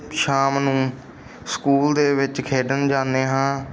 ਸ਼ਾਮ ਨੂੰ ਸਕੂਲ ਦੇ ਵਿੱਚ ਖੇਡਣ ਜਾਂਦੇ ਹਾਂ